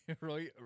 Right